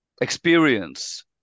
experience